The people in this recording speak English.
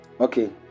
Okay